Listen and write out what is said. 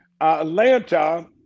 Atlanta